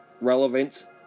relevant